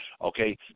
Okay